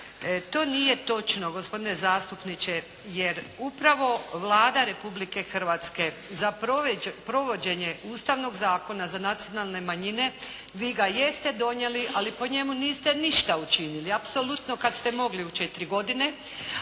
To nije točno gospodine zastupniče jer upravo Vlada Republike Hrvatske za provođenje Ustavnog zakona za nacionalne manjine vi ga jeste donijeli, ali po njemu niste ništa učinili apsolutno kad ste mogli u četiri godine,